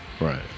Right